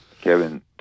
Kevin